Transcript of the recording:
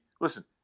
listen